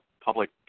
public